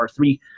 R3